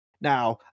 Now